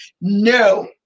no